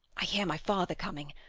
i hear my father coming.